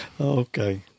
Okay